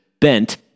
bent